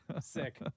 Sick